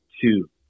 two